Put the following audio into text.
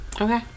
Okay